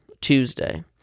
tuesday